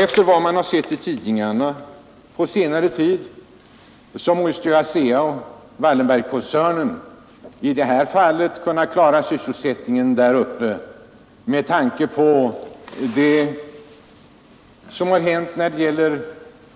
Efter vad man har sett i tidningarna på senare tid måste ASEA och Wallenbergkoncernen i det här fallet kunna klara sysselsättningen där uppe — med tanke på det som hänt när det gäller